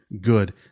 good